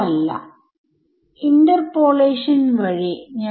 അതാണ് സ്പേസിലെയും ടൈമിലെയും ഡിസ്ക്രിടൈസേഷൻ